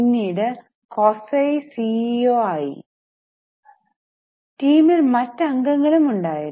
പിന്നീട് Kosei C E O ആയി ടീമിൽ മറ്റു അംഗങ്ങളും ഉണ്ടായിരുന്നു